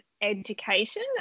education